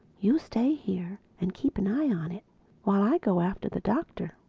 you stay here and keep an eye on it while i go after the doctor.